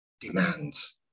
demands